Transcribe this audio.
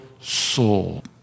soul